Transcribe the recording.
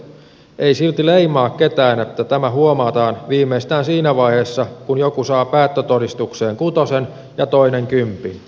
ei silti leimaa ketään että tämä huomataan viimeistään siinä vaiheessa kun joku saa päättötodistukseen kutosen ja toinen kympin